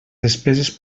despeses